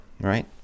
right